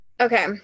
Okay